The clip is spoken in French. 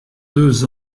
deux